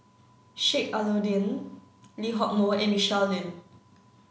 Sheik Alau'ddin Lee Hock Moh and Michelle Lim